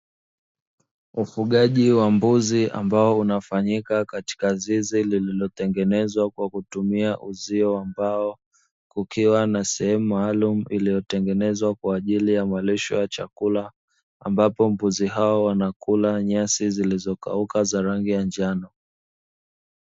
Ufugaji wa mbuzi ambao unafanyika katika zizi lililotengenezwa kwa kutumia uzio wa mbao, kukiwa na sehemu maalumu iliyotengenezwa kwaajili ya malisho ya chakula ambapo mbuzi hao wanakula nyasi zilizokauka za rangi ya njano.